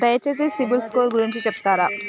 దయచేసి సిబిల్ స్కోర్ గురించి చెప్తరా?